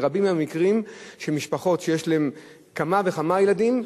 ורבים מהמקרים הם של משפחות שיש להן כמה וכמה ילדים,